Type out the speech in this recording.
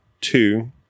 two